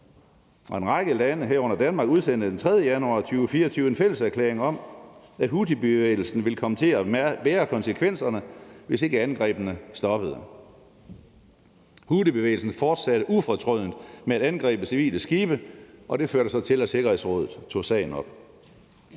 En række lande, herunder Danmark, udsendte den 3. januar 2024 en fælleserklæring om, at houthibevægelsen ville komme til at bære konsekvenserne, hvis ikke angrebene stoppede. Houthibevægelsen fortsatte ufortrødent med at angribe civile skibe, og det førte så til, at Sikkerhedsrådet tog sagen op.